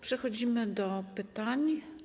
Przechodzimy do pytań.